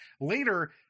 later